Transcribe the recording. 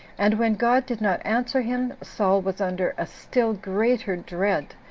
and when god did not answer him, saul was under a still greater dread,